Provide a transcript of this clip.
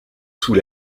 sous